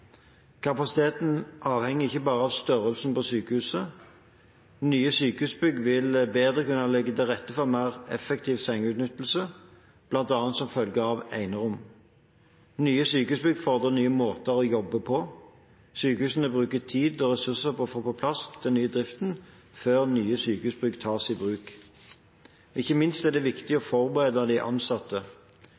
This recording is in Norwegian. Kapasiteten avhenger ikke bare av størrelsen på sykehuset. Nye sykehusbygg vil bedre kunne legge til rette for mer effektiv sengeutnyttelse, bl.a. som følge av enerom. Nye sykehusbygg fordrer nye måter å jobbe på. Sykehusene bruker tid og ressurser på å få på plass den nye driften før nye sykehusbygg tas i bruk. Ikke minst er det viktig å forberede de ansatte.